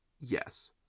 Yes